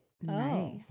nice